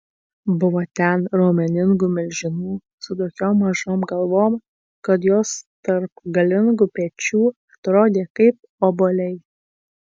buvo ten raumeningų milžinų su tokiom mažom galvom kad jos tarp galingų pečių atrodė kaip obuoliai